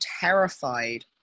terrified